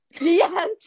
yes